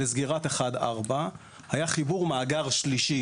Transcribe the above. לסגירת 4-1 היה חיבור מאגר שלישי,